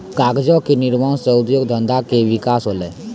कागजो क निर्माण सँ उद्योग धंधा के विकास होलय